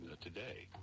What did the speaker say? today